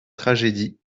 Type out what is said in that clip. tragédie